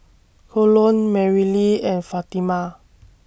Colon Merrilee and Fatima